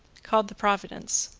called the providence,